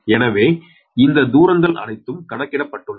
எனவே இந்த தூரங்கள் அனைத்தும் கணக்கிடப்பட்டுள்ளன